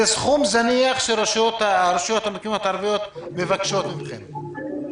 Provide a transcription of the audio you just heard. זה סכום זניח שהרשויות המקומיות הערביות מבקשות אתכם.